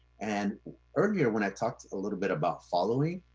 and earlier when i talked a little bit about following,